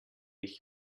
ich